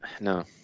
no